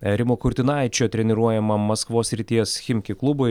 e rimo kurtinaičio treniruojamam maskvos srities chimki klubui